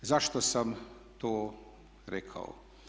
Zašto sam to rekao?